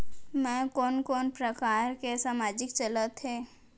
मैं कोन कोन प्रकार के सामाजिक चलत हे?